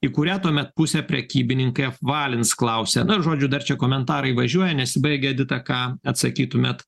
į kurią tuomet pusę prekybininkai apvalins klausia na žodžiu dar čia komentarai važiuoja nesibaigia edita ką atsakytumėt